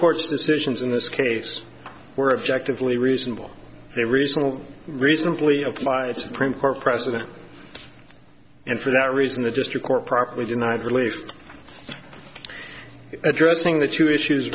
court's decisions in this case were objective lee reasonable a reasonable reasonably applied supreme court precedent and for that reason the district court promptly denies relief addressing the two issues